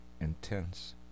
intense